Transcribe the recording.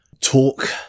talk